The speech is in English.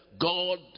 God